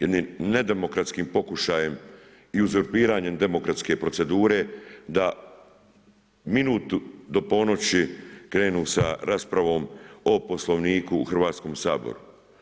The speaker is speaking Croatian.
Jednim nedemokratskim pokušajem i uzurpiranjem demografske procedure, da minutu do ponoći krenu sa raspravom o poslovniku u Hrvatskom saboru.